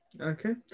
Okay